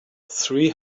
three